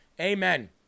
Amen